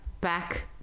back